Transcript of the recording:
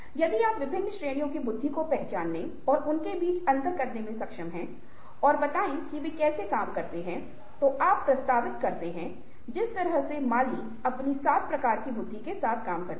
यदि आप विभिन्न श्रेणियों की बुद्धि को पहचानने और उनके बीच अंतर करने में सक्षम हैं और बताएं कि वे कैसे काम करते हैं तो आप प्रस्तावित करता है जिस तरह से माली अपनी 7 प्रकार की बुद्धि के साथ करते हैं